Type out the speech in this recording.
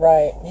Right